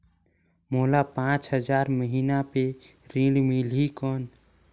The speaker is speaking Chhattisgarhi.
मोला पांच हजार महीना पे ऋण मिलही कौन?